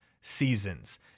seasons